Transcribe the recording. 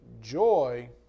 joy